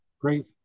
great